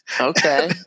Okay